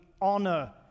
honor